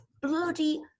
bloody